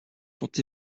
sont